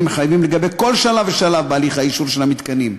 מחייבים לכל שלב ושלב בהליך האישור של המתקנים.